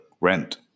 rent